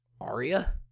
Arya